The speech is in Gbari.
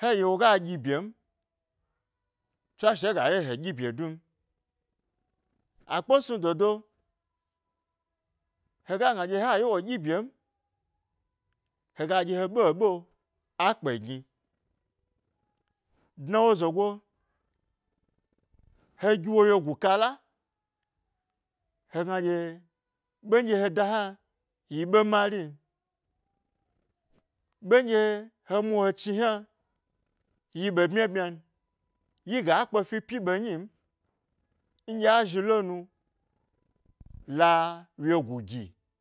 he ye woga ɗyi bye n, tswashe ga ye he ɗyi bye dum akpe snu dodo, hega gna ɗye ha ye wo ɗyi byem, haga ɗye he ɓe ɓe, a kpe gni. Dna wo zogo he giwo wyegu kala hegna ɗye ɓenɗye he da hna, yi ɓe marin, ɓen ɗye he chni hna yi ɓe ɓmya ɓmya n yiga kpe fi pyi ɓe nyi m nɗye a zhilonu la wyegu gi.